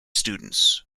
students